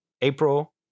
April